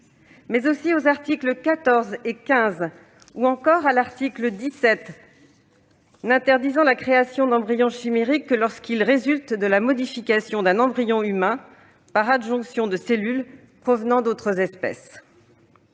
mais aussi les articles 14 et 15 ou encore l'article 17, qui n'interdit la création d'embryons chimériques que lorsqu'ils résultent de la modification d'un embryon humain par adjonction de cellules provenant d'autres espèces.